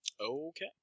okay